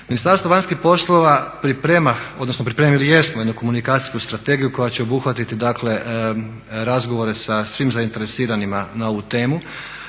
Ministarstvo vanjskih poslova priprema odnosno pripremili jesmo jednu komunikacijsku strategiju koja će obuhvatiti dakle razgovore sa svim zainteresiranima na ovu temu.